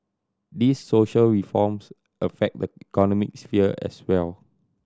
these social reforms affect the economic sphere as well